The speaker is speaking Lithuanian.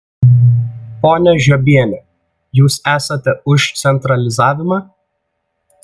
ponia žiobiene jūs esate už centralizavimą